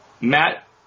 Matt